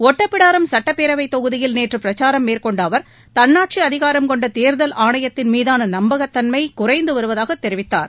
ஒட்டப்பிடாரம் சட்டப்பேரவைத் தொகுதியில் நேற்று பிரச்சாரம் மேற்கொண்ட அவர் தன்னாட்சி அதிகாரம் கொண்ட தேர்தல் ஆணையத்தின் மீதான நம்பகத்தன்மை குறைந்து வருவதாக தெரிவித்தார்